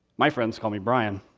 my friends call me bryan.